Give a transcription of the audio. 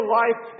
life